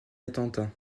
attentats